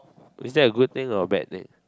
is that a good thing or bad thing